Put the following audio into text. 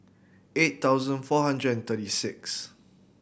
eight thousand four hundred and thirty sixth